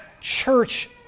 church